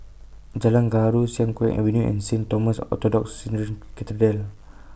Jalan Gaharu Siang Kuang Avenue and Saint Thomas Orthodox Syrian Cathedral